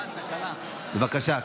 בבקשה.